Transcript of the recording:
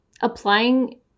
applying